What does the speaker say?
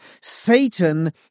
Satan